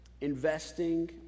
investing